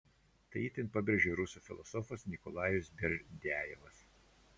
tai itin pabrėžė rusų filosofas nikolajus berdiajevas